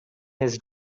his